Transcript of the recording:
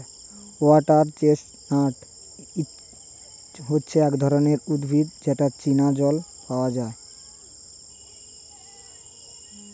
water chestnut হচ্ছে এক ধরনের উদ্ভিদ যেটা চীনা জল পাওয়া যায়